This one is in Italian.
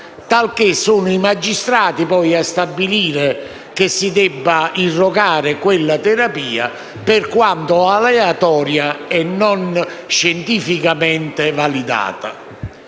talché sono i magistrati, poi, a stabilire se si debba irrogare una determinata terapia, per quanto aleatoria e non scientificamente validata.